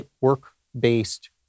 work-based